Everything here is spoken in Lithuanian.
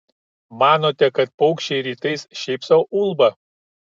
manote kad paukščiai rytais šiaip sau ulba